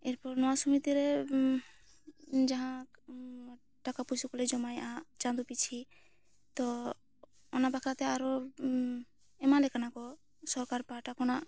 ᱮᱨᱯᱚᱨ ᱱᱚᱣᱟ ᱥᱚᱢᱤᱛᱤ ᱨᱮ ᱡᱟᱦᱟᱸ ᱴᱟᱠᱟ ᱯᱩᱭᱥᱟᱹ ᱠᱚ ᱞᱮ ᱡᱟᱢᱟᱭᱟᱜᱼᱟ ᱪᱟᱸᱫᱚ ᱯᱤᱪᱷᱤ ᱛᱚ ᱚᱱᱟ ᱵᱟᱠᱷᱨᱟ ᱛᱮ ᱟᱨᱚ ᱮᱢᱟᱱ ᱞᱮᱠᱟᱱᱟ ᱠᱚ ᱥᱚᱨᱠᱟᱨ ᱯᱟᱦᱴᱟ ᱠᱷᱚᱱ